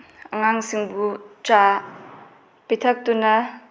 ꯑꯉꯥꯡꯁꯤꯡꯕꯨ ꯆꯥ ꯄꯤꯊꯛꯇꯨꯅ